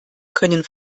können